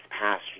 past